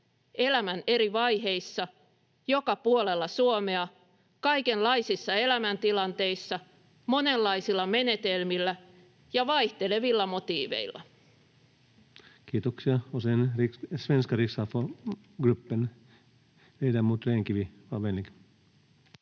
elämän eri vaiheissa, joka puolella Suomea, kaikenlaisissa elämäntilanteissa, monenlaisilla menetelmillä ja vaihtelevilla motiiveilla. [Speech